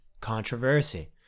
controversy